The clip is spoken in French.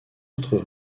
autres